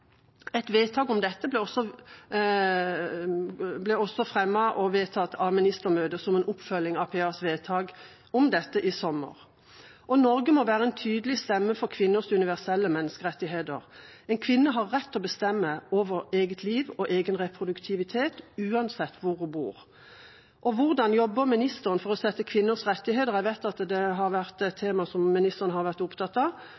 Et vedtak om dette ble også fremmet og gjort av ministermøtet som en oppfølging av PAs vedtak om dette i sommer, og Norge må være en tydelig stemme for kvinners universelle menneskerettigheter. En kvinne har rett til å bestemme over eget liv og egen reproduktivitet, uansett hvor hun bor. Hvordan jobber ministeren for kvinners rettigheter? Jeg vet det er et tema som ministeren har vært opptatt av,